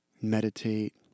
meditate